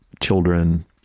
children